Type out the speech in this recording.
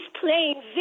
playing